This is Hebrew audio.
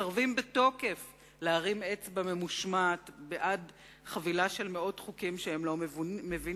מסרבים בתוקף להרים אצבע ממושמעת בעד חבילה של מאות חוקים שהם לא מבינים,